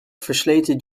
versleten